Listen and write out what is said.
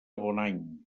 bonany